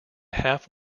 half